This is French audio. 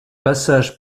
passage